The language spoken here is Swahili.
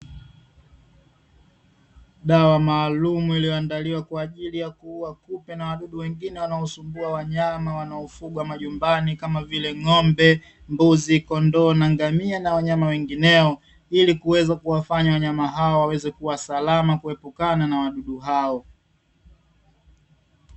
Dawa maalumu iliyoandaliwa kwa ajili ya kuua kupe na wadudu wengine wanaosumbua wanyama wanaofugwa majumbani kama vile: ng'ombe, mbuzi, kondoo, na ngamia na wanyama wengineo, ili kuweza kuwafanyia wanyama hawa waweze kuwa salama kuepukana na wadudu hao.